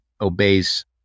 obeys